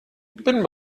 bin